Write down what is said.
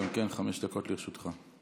חמש דקות גם לרשותך.